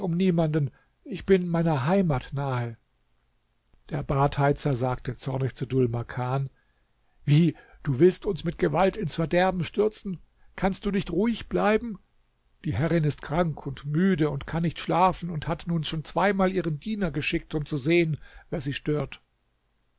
niemanden ich bin meiner heimat nahe der badheizer sagte zornig zu dhul makan wie du willst uns mit gewalt ins verderben stürzen kannst du nicht ruhig bleiben die herrin ist krank und müde und kann nicht schlafen und hat nun schon zweimal ihren diener geschickt um zu sehen wer sie stört